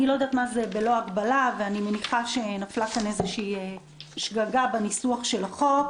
אני לא יודעת מה זה "בלא הגבלה" ואני מניחה שנפלה שגגה בניסוח החוק.